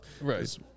Right